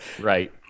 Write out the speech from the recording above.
Right